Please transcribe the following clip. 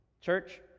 Church